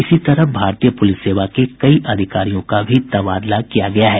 इसी तरह भारतीय पुलिस सेवा के कई अधिकारियों का भी तबादला किया गया है